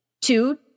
two